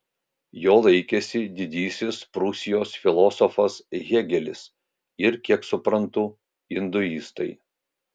jo laikėsi didysis prūsijos filosofas hėgelis ir kiek suprantu induistai